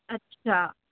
अच्छा